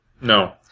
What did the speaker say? No